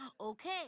okay